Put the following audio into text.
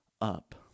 up